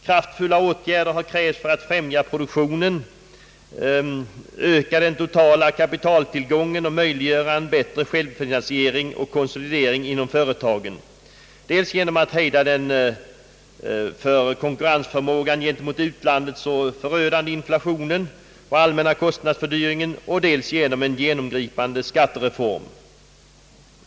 Kraftfulla åtgärder har krävts för att främja produktionen, öka den totala kapitaltillgången och möjliggöra en bättre självfinansiering och konsolidering inom företagen — dels genom att hejda den för konkurrensförmågan gentemot utlandet så förödande inflationen och den allmänna kostnadsfördyringen och dels genom en genomgripande skattereform.